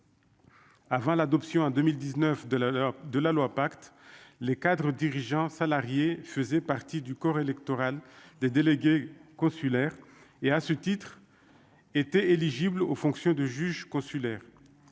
avant l'adoption, à 2019 de la l'heure de la loi pacte les cadres dirigeants salariés faisaient partie du corps électoral des délégués consulaires, et à ce titre, étaient éligibles aux fonctions de juge consulaire